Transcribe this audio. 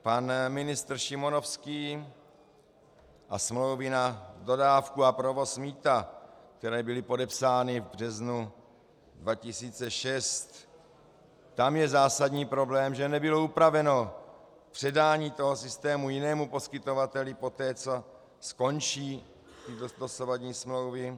Pan ministr Šimonovský a smlouvy na dodávku a provoz mýta, které byly podepsány v březnu 2006, tam je zásadní problém, že nebylo upraveno předání systému jiného poskytovateli poté, co skončí dosavadní smlouvy.